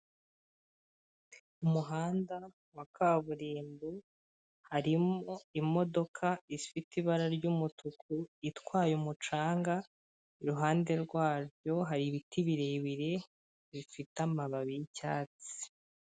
Umuhanda wa kaburimbo harimo imodoka ifite ibara ry'umutuku itwaye umucanga, iruhande rwayo hari ibiti birebire bifite amababi y'icyatsi.